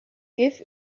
give